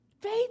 Faith